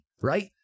right